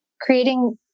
creating